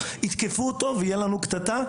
יתקפו אותו ותהיה לנו קטטה.